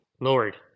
Lord